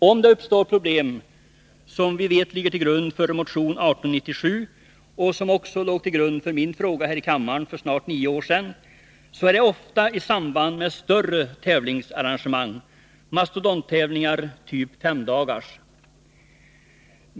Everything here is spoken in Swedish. Om det uppstår problem — vi vet att det är det som ligger till grund för motion 1897, och det var också det som låg till grund för min fråga här i kammaren för snart nio år sedan — är det ofta i samband med större tävlingsarrangemang; mastodonttävlingar, typ 5-dagarsorienteringen.